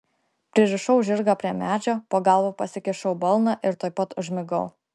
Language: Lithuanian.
pririšau žirgą prie medžio po galva pasikišau balną ir tuoj pat užmigau